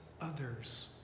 others